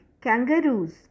kangaroos